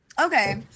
Okay